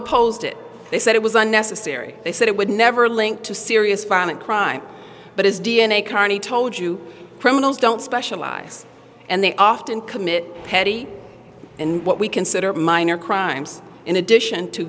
opposed it they said it was unnecessary they said it would never link to serious violent crime but as d n a carney told you criminals don't specialize and they often commit petty and what we consider minor crimes in addition to